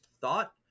thought